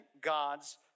God's